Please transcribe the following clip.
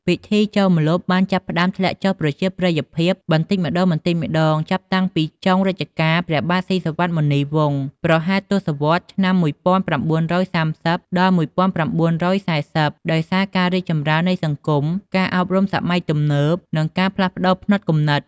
ពិធីចូលម្លប់បានចាប់ផ្តើមធ្លាក់ចុះប្រជាប្រិយភាពបន្តិចម្តងៗចាប់តាំងពីចុងរជ្ជកាលព្រះបាទស៊ីសុវត្ថិ មុនីវង្ស ប្រហែលទសវត្សរ៍ឆ្នាំ ១៩៣០ ដល់ ១៩៤០ ដោយសារការរីកចម្រើននៃសង្គម ការអប់រំសម័យទំនើប និងការផ្លាស់ប្តូរផ្នត់គំនិត។